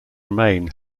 remain